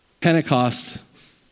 Pentecost